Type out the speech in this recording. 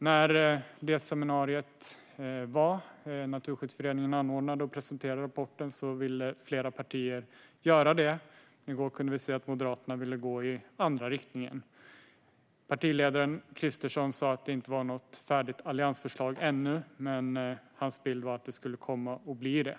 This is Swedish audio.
På det seminarium där Naturskyddsföreningen presenterade rapporten ville flera partier göra det, men i går kunde vi se att Moderaterna ville gå i motsatt riktning. Partiledaren Kristersson sa att det inte fanns något färdigt alliansförslag ännu, men hans bild var att det skulle komma att bli ett sådant.